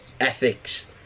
ethics